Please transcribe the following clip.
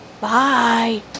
Bye